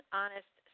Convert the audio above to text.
honest